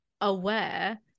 aware